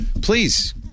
please